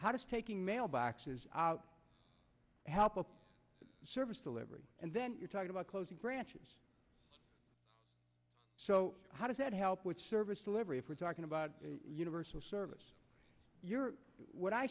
how does taking mail by out help up service delivery and then you're talking about closing branches so how does that help with service delivery if we're talking about universal service you're what i